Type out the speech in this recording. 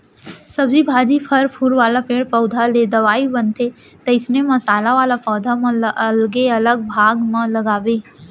सब्जी भाजी, फर फूल वाला पेड़ पउधा ले दवई बनथे, तइसने मसाला वाला पौधा मन ल अलगे अलग भाग म लगाबे